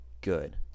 good